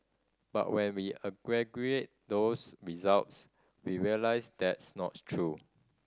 but when we aggregate those results we realise that's not true